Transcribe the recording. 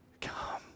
Come